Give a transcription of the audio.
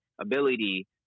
ability